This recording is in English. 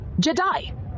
Jedi